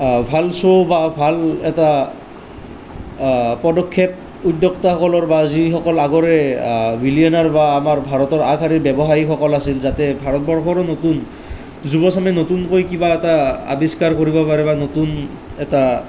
ভাল শ্বো' বা ভাল এটা পদক্ষেপ উদ্যোক্তাসকলৰ বা যিসকলৰ আগৰে বিলিয়নাৰ বা আমাৰ ভাৰতৰ আগশাৰীৰ ব্যৱসায়ীসকল আছিল যাতে ভাৰতবৰ্ষৰো নতুন যুৱচামে নতুনকৈ কিবা এটা আৱিষ্কাৰ কৰিব পাৰে বা নতুন এটা